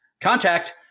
contact